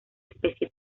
especie